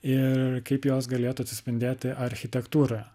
ir kaip jos galėtų atsispindėti architektūrą